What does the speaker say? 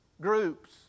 groups